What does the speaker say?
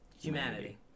humanity